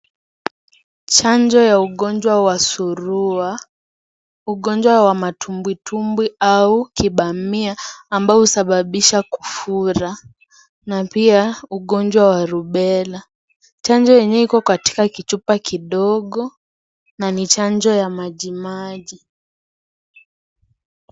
Chanjo ya ugonjwa wa surua, ugonjwa wa matumbwi tumbwi au kibamia ambao husababisha kufura na pia ugonjwa wa Rubella. Chanjo yenyewe iko katika kichupa kidogo na ni chanjo ya maji maji.